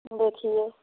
देखिए